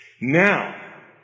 Now